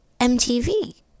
MTV